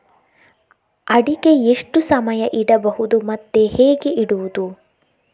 ಅಡಿಕೆ ಎಷ್ಟು ಸಮಯ ಇಡಬಹುದು ಮತ್ತೆ ಹೇಗೆ ಇಡುವುದು?